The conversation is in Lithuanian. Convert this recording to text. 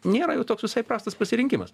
nėra jau toks visai prastas pasirinkimas